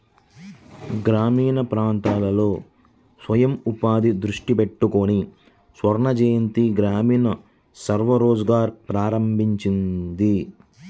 గ్రామీణ పేదలలో స్వయం ఉపాధిని దృష్టి పెట్టడానికి స్వర్ణజయంతి గ్రామీణ స్వరోజ్గార్ ప్రారంభించింది